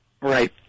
Right